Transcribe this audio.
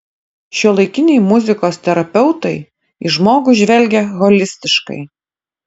šiuolaikiniai muzikos terapeutai į žmogų žvelgia holistiškai